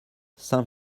saint